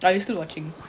ah you're still watching